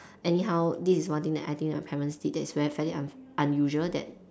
anyhow this is one thing that I think my parents did that's very fairly un~ unusual that